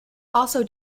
also